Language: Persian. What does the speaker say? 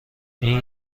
این